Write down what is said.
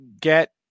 get